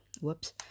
Whoops